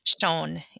shown